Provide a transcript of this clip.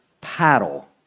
paddle